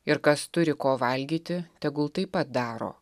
ir kas turi ko valgyti tegul tai pat daro